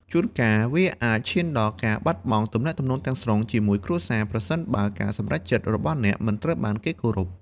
ជួនកាល វាអាចឈានដល់ការបាត់បង់ទំនាក់ទំនងទាំងស្រុងជាមួយគ្រួសារ ប្រសិនបើការសម្រេចចិត្តរបស់អ្នកមិនត្រូវបានគេគោរព។